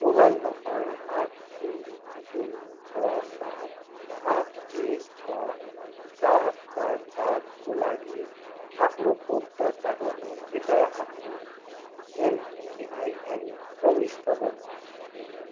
mobile number आठ शून्य शून्य छ सात आठ एक छ चार चार चारको लागि आफ्नो खोप दर्ता गर्न कृपया आफ्नो एमपिआइएन प्रविष्ट गर्नुहोस्